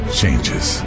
changes